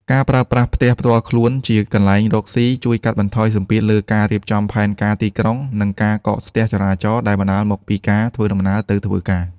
ការប្រើប្រាស់ផ្ទះផ្ទាល់ខ្លួនជាកន្លែងរកស៊ី ជួយកាត់បន្ថយសម្ពាធលើការរៀបចំផែនការទីក្រុង និងការកកស្ទះចរាចរណ៍ដែលបណ្ដាលមកពីការធ្វើដំណើរទៅធ្វើការ។